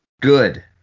Good